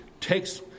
takes